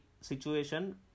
situation